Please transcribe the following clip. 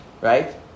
right